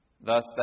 Thus